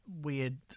weird